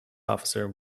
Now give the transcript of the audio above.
officer